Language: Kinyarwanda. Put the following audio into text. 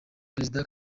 perezida